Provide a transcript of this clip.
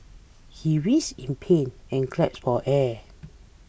he writhed in pain and gasped for air